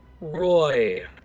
Roy